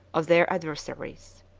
of their adversaries.